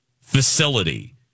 facility